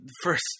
First